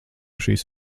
šīs